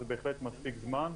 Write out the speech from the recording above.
זה בהחלט מספיק זמן.